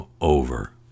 over